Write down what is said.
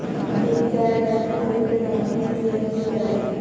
एक गैर बैंकिंग वित्तीय कंपनी एन.बी.एफ.सी क्या है?